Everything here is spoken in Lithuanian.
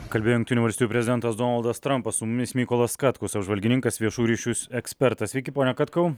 kalbėjo jungtinių valstijų prezidentas donaldas trampas su mumis mykolas katkus apžvalgininkas viešųjų ryšių ekspertas sveiki pone katkau